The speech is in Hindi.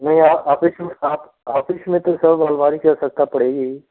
वो आ आफिस आफिस में तो सर अलमारी की आवश्यकता पड़ेगी